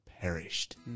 perished